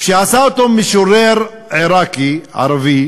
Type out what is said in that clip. שכתב משורר עיראקי ערבי